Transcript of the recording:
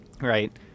right